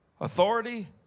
authority